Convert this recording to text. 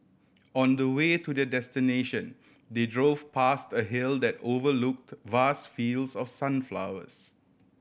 on the way to their destination they drove past a hill that overlooked vast fields of sunflowers